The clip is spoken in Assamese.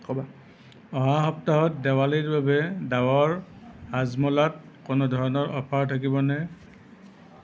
অহা সপ্তাহত দেৱালীৰ বাবে ডাৱৰ হাজমোলাত কোনো ধৰণৰ অফাৰ থাকিব নে